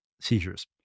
seizures